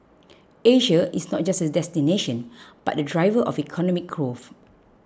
Asia is not just a destination but a driver of economic growth